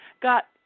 got